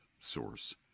source